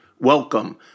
Welcome